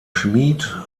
schmied